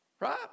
Right